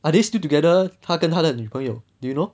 are they still together 他跟他的女朋友 do you know